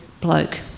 bloke